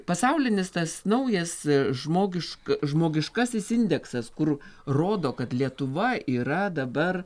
pasaulinis tas naujas žmogišk žmogiškasis indeksas kur rodo kad lietuva yra dabar